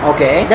Okay